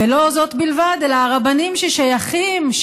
ולא זאת בלבד אלא הרבנים ששייכים,